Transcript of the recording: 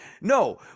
No